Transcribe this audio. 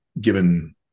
given